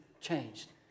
changed